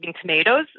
tomatoes